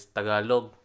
Tagalog